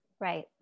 right